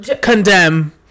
Condemn